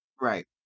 Right